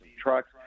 trucks